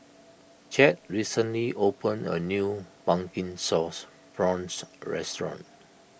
Chadd recently opened a new Pumpkin Sauce Prawns restaurant